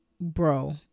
bro